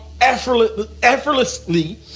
effortlessly